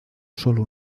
solo